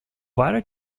wider